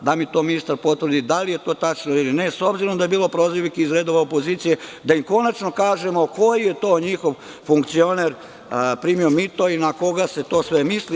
Neka mi ministar potvrdi da li je to tačno ili ne, s obzirom da je bilo prozivki iz redova opozicije, da im konačno kažemo koji je to njihov funkcioner primio mito i na koga se to sve misli.